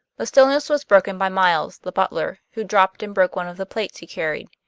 the stillness was broken by miles, the butler, who dropped and broke one of the plates he carried.